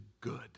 good